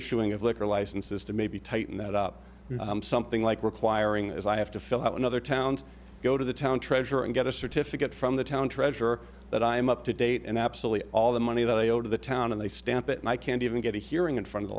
issuing of liquor licenses to maybe tighten that up something like requiring as i have to fill out another towns go to the town treasurer and get a certificate from the town treasurer that i'm up to date and absolutely all the money that i owe to the town and they stamp it and i can't even get a hearing and fro